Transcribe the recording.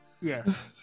Yes